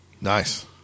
Nice